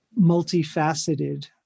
multifaceted